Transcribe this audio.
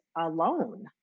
alone